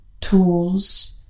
tools